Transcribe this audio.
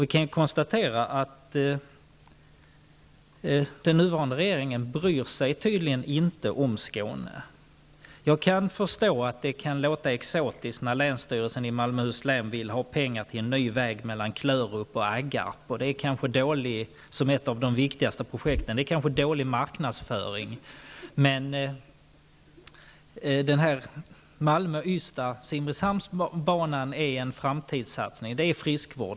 Vi kan konstatera att den nuvarande regeringen tydligen inte bryr sig om Skåne. Jag kan förstå att det kan låta exotiskt när länsstyrelsen i Malmöhus län vill ha pengar till en ny väg mellan Klörup och Aggarp. Det kanske är dålig marknadsföring att ta upp det som ett av de viktigaste projekten. Banan Malmö--Ystad--Simrishamn är däremot en framtidssatsning. Det är friskvård.